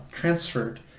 transferred